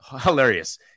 hilarious